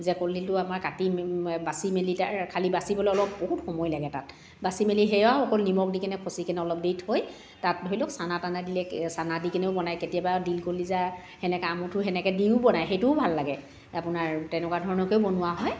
যে কলদিলটো আমাৰ কাটি বাচি মেলি তাৰ খালী বাচিবলৈ অলপ বহুত সময় লাগে তাত বাচি মেলি সেয়াও অকল নিমখ দিকেনে খছিকেনে অলপ দেৰি থৈ তাত ধৰি লওক চানা তানা দিলে চানা দিকেনেও বনায় কেতিয়াবা দিল কলিজা সেনেকৈ আমঠু সেনেকৈ দিও বনায় সেইটোও ভাল লাগে আপোনাৰ তেনেকুৱা ধৰণৰকৈও বনোৱা হয়